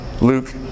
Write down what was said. Luke